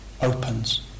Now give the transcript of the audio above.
opens